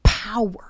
power